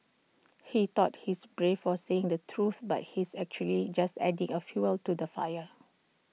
he thought he's brave for saying the truth but he's actually just adding A fuel to the fire